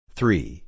Three